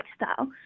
lifestyle